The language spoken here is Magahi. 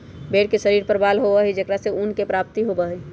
भेंड़ के शरीर पर बाल होबा हई जेकरा से ऊन के प्राप्ति होबा हई